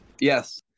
Yes